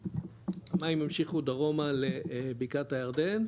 המים ימשיכו דרומה לבקעת הירדן,